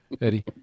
Eddie